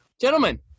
gentlemen